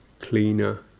cleaner